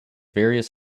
various